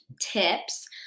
tips